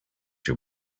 your